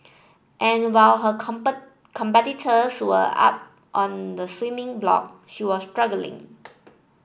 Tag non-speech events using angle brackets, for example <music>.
and while her <unintelligible> competitors were up on the swimming block she was struggling